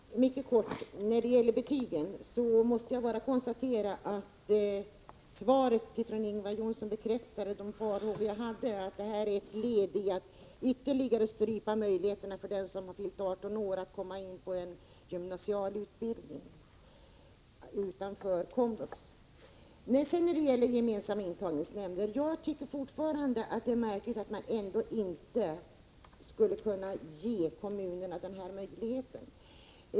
Herr talman! Jag skall fatta mig mycket kort. När det gäller betygen måste jag konstatera att svaret från Ingvar Johnsson bekräftar de farhågor jag hade, nämligen att det här är ett led i strävandena att ytterligare strypa möjligheterna för dem som har fyllt 18 år att komma in på en gymnasial utbildning utanför komvux. När det gäller gemensamma intagningsnämnder vidhåller jag att det är märkligt att man ändå inte skulle kunna ge kommunerna den möjligheten.